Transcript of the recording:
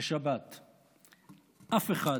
אף אחד